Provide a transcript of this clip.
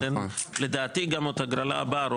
לדעתי גם ההגרלה הבאה,